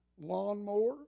lawnmower